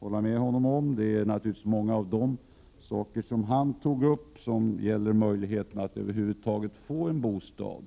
hålla med honom om det. Många av de situationer som Tore Claeson tog upp handlar om möjligheterna att över huvud taget få en bostad.